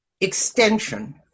extension